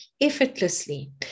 effortlessly